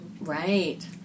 Right